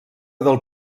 del